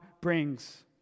brings